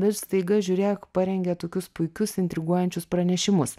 ir staiga žiūrėk parengia tokius puikius intriguojančius pranešimus